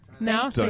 Now